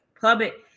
public